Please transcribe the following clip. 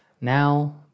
Now